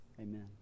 Amen